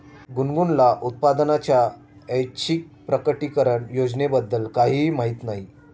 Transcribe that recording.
गुनगुनला उत्पन्नाच्या ऐच्छिक प्रकटीकरण योजनेबद्दल काहीही माहिती नाही